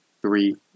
three